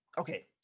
Okay